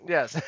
Yes